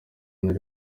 nari